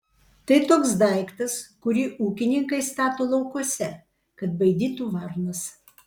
tai toks daiktas kurį ūkininkai stato laukuose kad baidytų varnas